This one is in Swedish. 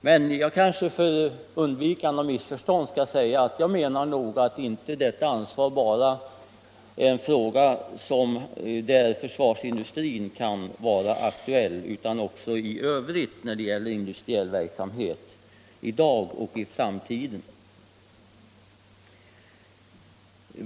För undvikande av missförstånd vill jag säga att jag nog menar att detta ansvar inte bara är aktuellt för försvarsindustrin utan även för industriell verksamhet i övrigt.